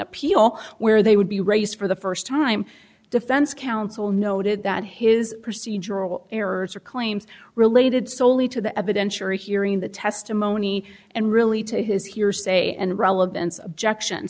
appeal where they would be raised for the first time defense counsel noted that his procedural errors or claims related soley to the evidence or hearing the testimony and really to his hearsay and relevance objection